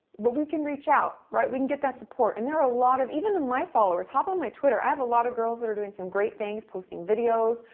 but we can reach out, right? we can get that support. and there are a lot of, even my followers, hop on my twitter. i have a lot of girls that are doing some great things, posting videos,